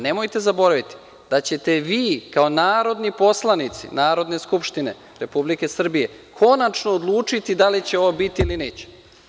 Nemojte zaboraviti da ćete vi, kao narodni poslanici Narodne skupštine Republike Srbije, konačno odlučiti da li će ovo biti ili neće.